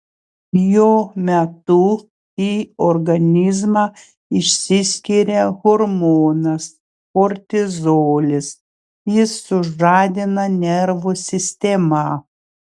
jo metu į organizmą išsiskiria hormonas kortizolis jis sužadina nervų sistemą